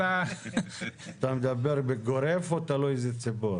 אתה מדבר בגורף או תלוי איזה ציבור?